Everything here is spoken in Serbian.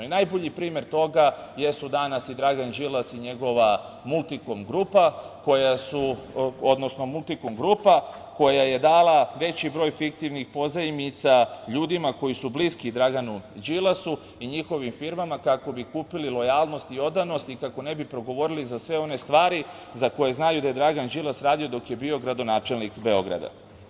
I najbolji primer toga jesu danas i Dragan Đilas i njegova „Multikom grupa“, koja je dala veći broj fiktivnih pozajmica ljudima koji su bliski Draganu Đilasu i njihovim firmama kako bi kupili lojalnost i odanost i kako ne bi progovorili za sve one stvari za koje znaju da je Dragan Đilas radio dok je bio gradonačelnik Beograda.